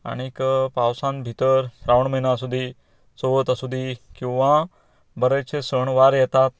आनीक पावसांत भितर श्रावण म्हयनो आसुंदी चवथ आसुंदी किंवां बरेंचशे सण वार येतात